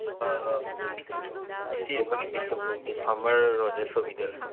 ꯑꯥ ꯁꯤ ꯑꯩꯈꯣꯏꯒꯤ ꯕꯤꯁꯦꯝꯄꯨꯔꯒꯤ ꯐꯥꯔꯃꯔ ꯔꯣꯖꯦꯁ ꯑꯣꯏꯕꯤꯗꯣꯏꯔꯥ